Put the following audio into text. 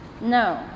No